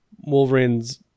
Wolverine's